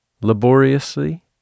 laboriously